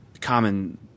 common